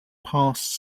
pass